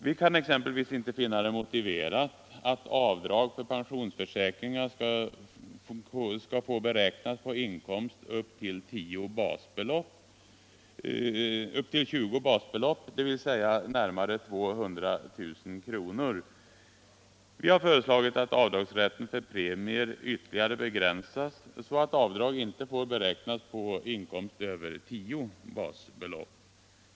Vi kan exempelvis inte finna det motiverat att avdrag för pensionsförsäkringar skall få beräknas på inkomst upp till 20 basbelopp, dvs. närmare 200 000 kr. Vi har föreslagit att avdragsrätten för premier ytterligare begränsas så att avdrag inte får beräknas på inkomst över 10 basbelopp.